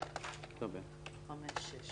הצבעה בעד ההסתייגות 7 נגד 6